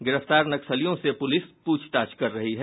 गिरफ्तार नक्सलियों से पुलिस पूछताछ कर रही है